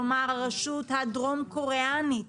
כלומר הרשות הדרום-קוריאנית